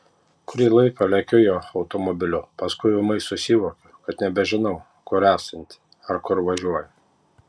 kurį laiką lekiu jo automobiliu paskui ūmai susivokiu kad nebežinau kur esanti ar kur važiuoju